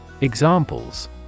Examples